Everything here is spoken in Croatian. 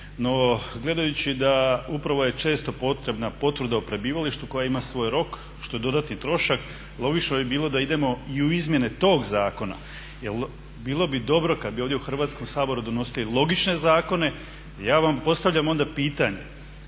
No gledajući da upravo je često potrebna potvrda o prebivalištu koja ima svoj rok što je dodatni trošak. Logično bi bilo da idemo i u izmjene tog zakona jer bilo bi dobro kad bi ovdje u Hrvatskom saboru donosili logične zakone. Ja vam postavljam onda pitanje,